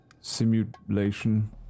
simulation